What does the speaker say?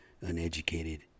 uneducated